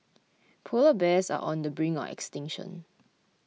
Polar Bears are on the brink of extinction